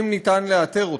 אם ניתן לאתר אותם.